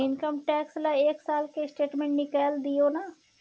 Income tax ल एक साल के स्टेटमेंट निकैल दियो न?